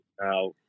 now